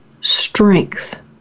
strength